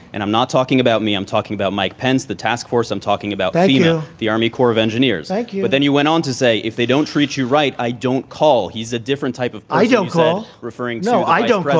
and i'm not talking about me. i'm talking about mike pence, the task force. i'm talking about that, you know, the army corps of engineers. thank you. but then you went on to say, if they don't treat you right, i don't call. he's a different type of i don't go referring. no, i don't.